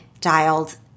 dialed